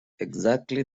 exactly